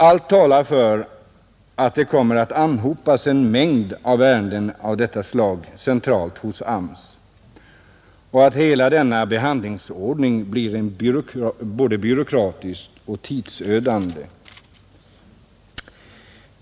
Allt talar för att det kommer att anhopas en mängd ärenden av detta slag centralt hos AMS och att hela denna behandlingsordning blir både byråkratisk och tidsödande.